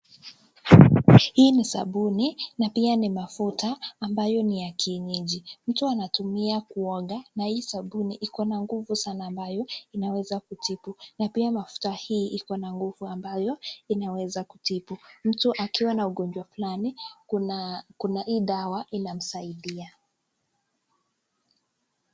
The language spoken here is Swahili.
Hii ni sabuni na pia ni mafuta ambayo ni ya kienyeji. Mtu anatumia kuoga na hii sabuni ikona nguvu sana ambayo inaweza kutibu na pia mafuta hii ikona nguvu ambayo inaweza kutibu. Mtu akiwa na ugonjwa flani, kuna hii dawa inamsaidia.